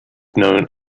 known